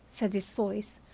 said this voice,